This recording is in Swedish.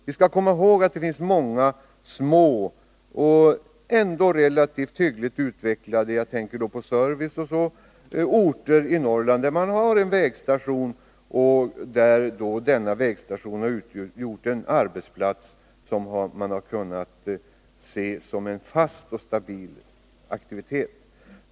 Vi skall komma ihåg att det finns många små och ändå relativt hyggligt utvecklade — jag tänker då på service och sådant — norrländska orter där man har en vägstation, som också har varit en arbetsplats som man kunnat förknippa med fast och stabil aktivitet.